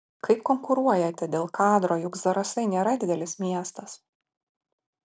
kaip konkuruojate dėl kadro juk zarasai nėra didelis miestas